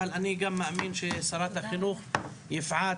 אבל אני גם מאמין ששרת החינוך יפעת,